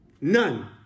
None